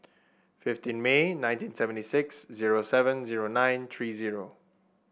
fifteen May nineteen seventy six zero seven zero nine three zero